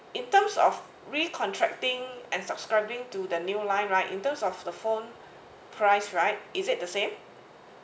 in terms of recontracting and subscribing to the new line right in terms of the phone price right is it the same